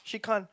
she can't